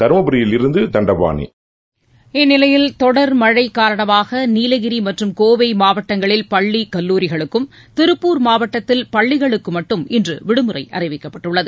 தரும ரியிலிருந்து தண்ட பாணி இந்நிலையில் தொடர் மழை காரணமாக நீலகிரி மற்றும் கோவை மாவட்டங்களில் பள்ளி கல்லூரிகளுக்கும் திருப்பூர் மாவட்டத்தில் பள்ளிகளுக்கு மட்டும் இன்று விடுமுறை அறிவிக்கப்பட்டுள்ளது